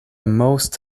most